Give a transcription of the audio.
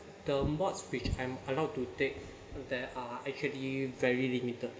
the mods which I'm allowed to take there are actually very limited